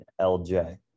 LJ